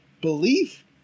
Belief